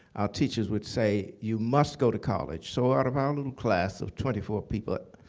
our teachers would say, you must go to college. so out of our little class of twenty four people,